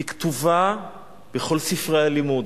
היא כתובה בכל ספרי הלימוד,